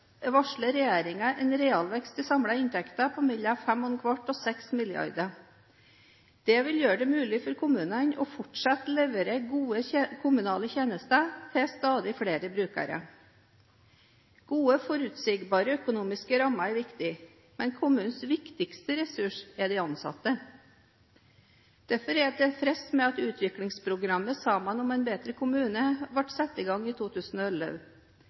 i samlede inntekter på 5¼–6 mrd. kr. Det vil gjøre det mulig for kommunene å fortsette å levere gode kommunale tjenester til stadig flere brukere. Gode og forutsigbare økonomiske rammer er viktig, men kommunenes viktigste ressurs er de ansatte. Derfor er jeg tilfreds med at utviklingsprogrammet «Saman om ein betre kommune» ble satt i gang i 2011.